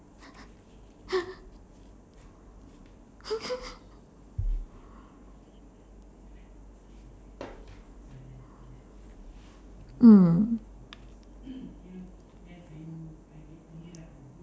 mm